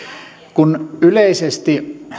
kun yleisesti